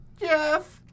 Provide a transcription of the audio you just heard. Jeff